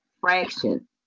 fraction